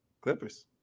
Clippers